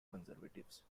conservatives